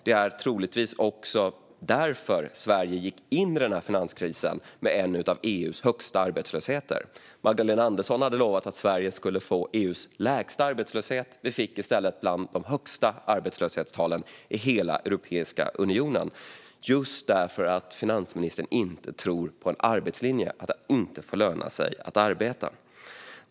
Det är troligtvis också därför som Sverige gick in i denna finanskris med en arbetslöshet som var bland EU:s högsta. Magdalena Andersson hade lovat att Sverige skulle få EU:s lägsta arbetslöshet. Vi fick i stället arbetslöshetstal som var bland de högsta i hela Europeiska unionen, just därför att finansministern inte tror på en arbetslinje och att det inte får löna sig att arbeta.